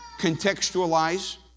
contextualize